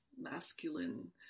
masculine